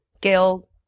Gail